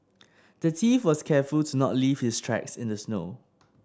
the thief was careful to not leave his tracks in the snow